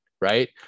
right